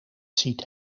ziet